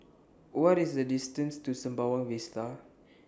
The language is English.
What IS The distance to Sembawang Vista